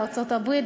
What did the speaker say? בארצות-הברית,